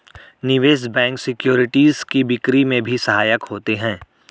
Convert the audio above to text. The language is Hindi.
निवेश बैंक सिक्योरिटीज़ की बिक्री में भी सहायक होते हैं